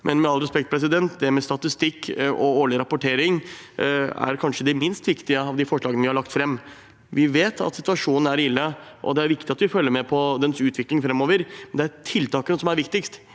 Men med all respekt, det med statistikk og årlig rapportering er kanskje det minst viktige av de forslagene vi har lagt fram. Vi vet at situasjonen er ille, og det er viktig at vi følger med på utviklingen framover, men det er tiltakene som er viktigst.